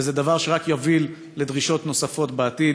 וזה דבר שרק יוביל לדרישות נוספות בעתיד.